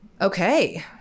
Okay